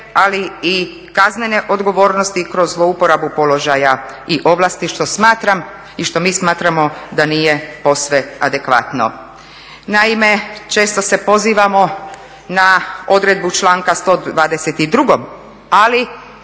ali i kaznene odgovornosti kroz zlouporabu položaja i ovlasti što smatram i što mi smatramo da nije posve adekvatno. Naime, često se pozivamo na odredbu članka 122.